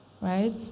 Right